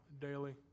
daily